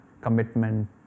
commitment